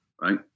right